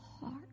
heart